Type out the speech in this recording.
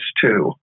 two